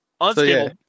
Unstable